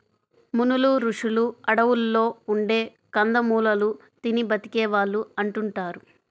మునులు, రుషులు అడువుల్లో ఉండే కందమూలాలు తిని బతికే వాళ్ళు అంటుంటారు